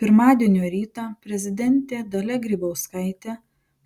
pirmadienio rytą prezidentė dalia grybauskaitė